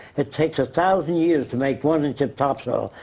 it takes a thousand years to make one inch of top soil,